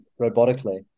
robotically